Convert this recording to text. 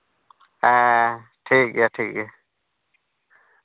ᱦᱮᱸ ᱴᱷᱤᱠ ᱜᱮᱭᱟ ᱴᱷᱤᱠ ᱜᱮᱭᱟ